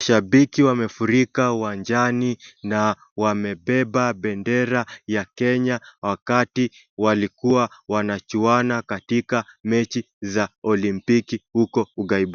Shabiki wamefurika uwanjani na wamebeba bendera ya Kenya wakati walikuwa wanachuana katika mechi za olimpiki huko ugaibu.